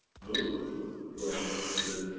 look from the